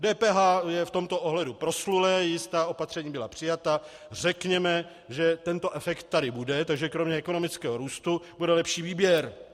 DPH je v tomto ohledu proslulé, jistá opatření byla přijata, řekněme, že tento efekt tady bude, takže kromě ekonomického růstu bude lepší výběr.